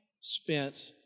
spent